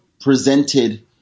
presented